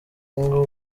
umwe